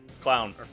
clown